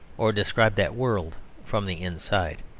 or describe that world from the inside.